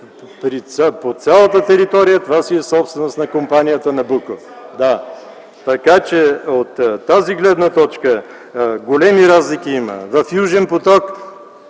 По цялата територия това си е собственост на компанията „Набуко”, така че от тази гледна точка големи разлики има. В „Южен поток”